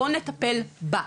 בוא נטפל בה,